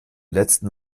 letzten